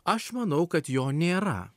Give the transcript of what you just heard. aš manau kad jo nėra